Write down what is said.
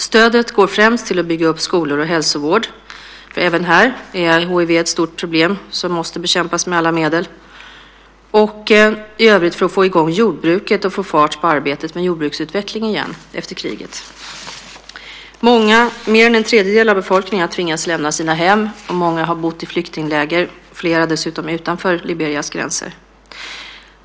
Stödet går främst till att bygga upp skolor och hälsovård - även här är hiv ett stort problem som måste bekämpas med alla medel - och i övrigt till att få i gång jordbruket och få fart på arbetet med jordbruksutveckling igen efter kriget. Många, mer än en tredjedel av befolkningen, har tvingats lämna sina hem. Många har bott i flyktingläger, flera dessutom utanför Liberias gränser.